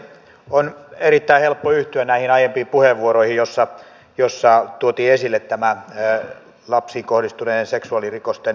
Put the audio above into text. on erittäin helppo yhtyä näihin aiempiin puheenvuoroihin joissa tuotiin esille nämä lapsiin kohdistuvien seksuaalirikosten vanhenemisajat